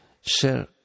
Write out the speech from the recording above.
Share